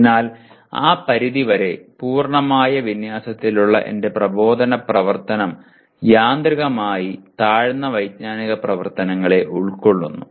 അതിനാൽ ആ പരിധിവരെ പൂർണ്ണമായ വിന്യാസത്തിലുള്ള എന്റെ പ്രബോധന പ്രവർത്തനം യാന്ത്രികമായി താഴ്ന്ന വൈജ്ഞാനിക പ്രവർത്തനങ്ങളെ ഉൾക്കൊള്ളുന്നു